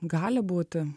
gali būti